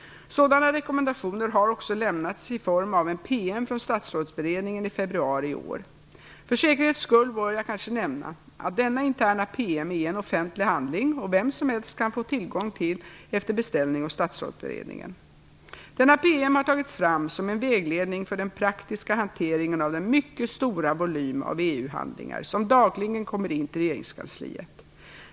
Sådana rekommendationer har också lämnats i form av en PM från Statsrådsberedningen i februari i år. För säkerhets skull bör jag kanske nämna att denna interna PM är en offentlig handling som vem som helst kan få tillgång till efter beställning hos Statsrådsberedningen. Denna PM har tagits fram som en vägledning för den praktiska hanteringen av den mycket stora volym av EU-handlingar som dagligen kommer in till regeringskansliet.